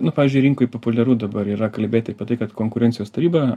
nu pavyzdžiui rinkoj populiaru dabar yra kalbėti apie tai kad konkurencijos taryba